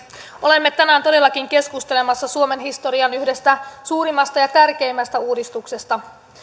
olemme tänään todellakin keskustelemassa suomen historian yhdestä suurimmasta ja tärkeimmästä uudistuksesta